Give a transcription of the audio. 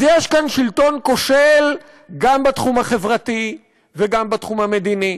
אז יש כאן שלטון כושל גם בתחום החברתי וגם בתחום המדיני.